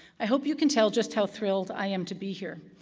i hope you can tell just how thrilled i am to be here.